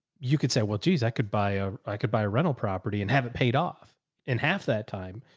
you could say, well, geez, i could buy, ah i could buy a rental property and have it paid off in half that time.